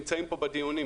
נמצאים פה בדיונים,